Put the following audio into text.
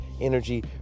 energy